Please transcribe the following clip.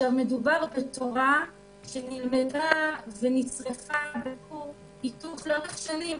מדובר בתורה שנלמדה ונצרבה בכור היתוך לאורך שנים.